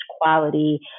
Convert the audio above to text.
quality